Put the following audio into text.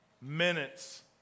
minutes